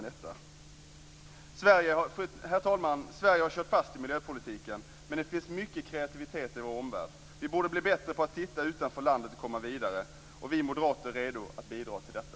Herr talman! Sverige har kört fast i miljöpolitiken, men det finns mycket kreativitet i vår omvärld. Vi borde bli bättre på att titta utanför landet för att komma vidare. Vi moderater är redo att bidra till detta!